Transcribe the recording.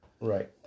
Right